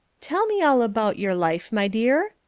tell me all about your life, my dear,